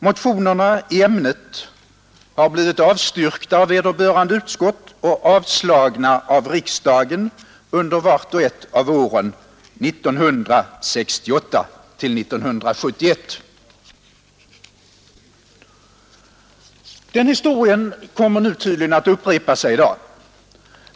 Motionerna i ämnet har blivit avstyrkta av vederbörande utskott och avslagna av riksdagen under vart och ett av åren 1968-1971. Historien kommer tydligen att upprepas i år.